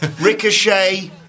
Ricochet